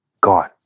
God